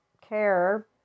care